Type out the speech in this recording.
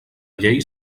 llei